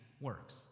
works